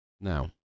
now